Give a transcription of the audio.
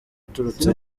aturutse